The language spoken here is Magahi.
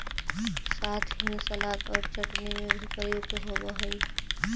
साथ ही सलाद और चटनी में भी प्रयुक्त होवअ हई